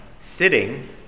sitting